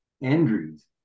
Andries